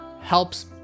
helps